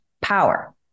power